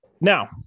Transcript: Now